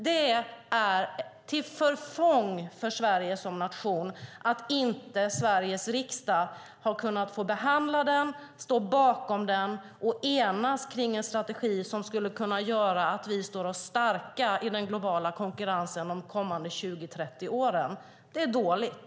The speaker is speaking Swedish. Det är till förfång för Sverige som nation att Sveriges riksdag inte har kunnat få behandla, stå bakom och enas kring en innovationsstrategi som skulle kunna göra att vi står starka i den globala konkurrensen under de kommande 20-30 åren. Det är dåligt.